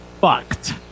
fucked